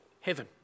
heaven